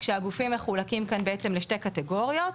כשהגופים מחולקים כאן בעצם לשתי קטגוריות.